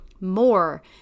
more